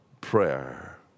prayer